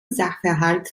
sachverhalt